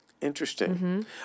Interesting